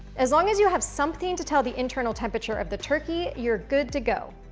as long as you have something to tell the internal temperature of the turkey, you're good to go.